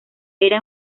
era